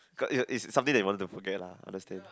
is is something that you want to forget lah understand